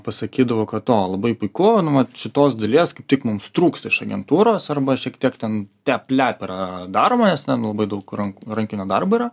pasakydavo kad o labai puiku nu vat šitos dalies kaip tik mums trūksta iš agentūros arba šiek tiek ten tep lep yra daroma nes ten nu labai daug rankų rankinio darbo yra